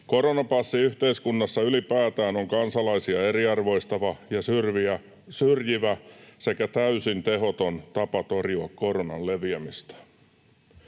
Koronapassi yhteiskunnassa ylipäätään on kansalaisia eriarvoistava ja syrjivä sekä täysin tehoton tapa torjua koronan leviämistä.